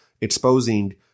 exposing